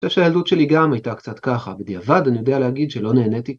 אני חושב שהילדות שלי גם הייתה קצת ככה, בדיעבד אני יודע להגיד שלא נהניתי.